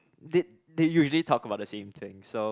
they they usually talk about the same thing so